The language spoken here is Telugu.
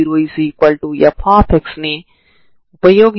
కాబట్టి ఈ రెండు సమానం అయినప్పుడు ఇది కూడా సున్నా అవుతుంది సరేనా